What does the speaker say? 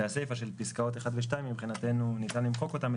והסיפה של פסקאות (1) ו-(2) מבחינתנו ניתן למחוק אותן,